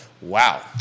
Wow